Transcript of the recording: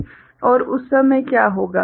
और उस समय क्या होगा